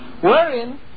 Wherein